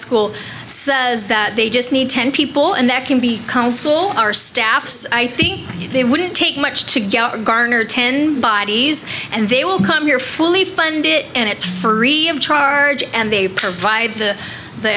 school says that they just need ten people and that can be console our staffs i think it wouldn't take much to get garner ten bodies and they will come here fully fund it and it's for charge and they provide the the